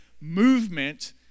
movement